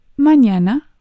Mañana